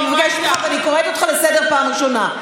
אני מבקשת ממך ואני קוראת אותך לסדר פעם ראשונה.